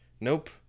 Nope